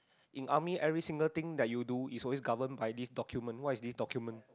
in army every single thing that you do is always govern by this document what is this document